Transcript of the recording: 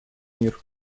мир